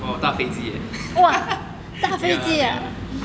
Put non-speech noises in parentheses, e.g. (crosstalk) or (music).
oh 我搭飞机 eh (laughs) 没有啦没有啦